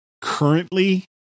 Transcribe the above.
currently